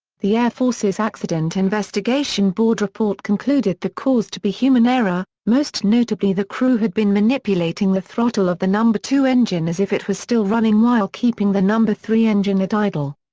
the air force's accident investigation board report concluded the cause to be human error, most notably the crew had been manipulating the throttle of the number two engine as if it was still running while keeping the number three engine at idle.